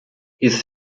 his